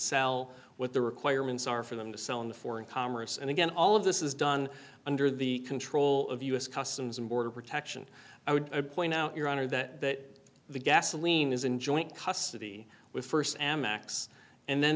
sell what the requirements are for them to sell in the foreign commerce and again all of this is done under the control of u s customs and border protection i would point out your honor that that the gasoline is in joint custody with first amex and then